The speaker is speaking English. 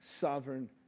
sovereign